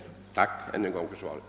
Jag tackar ännu en gång för svaret.